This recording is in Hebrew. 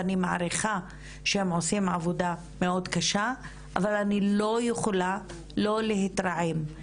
ואני מעריכה שהם עושים עבודה מאוד קשה - אבל אני יכולה לא להתרעם.